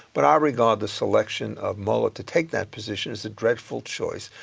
but i regard the selection of mueller to take that position as a dreadful choice,